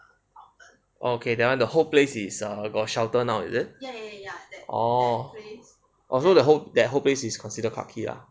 okay that one the whole place is err got shelter now is it orh orh so the whole that whole place is considered clarke quay ah